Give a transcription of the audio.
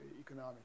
economic